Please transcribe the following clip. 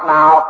now